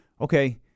Okay